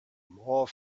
more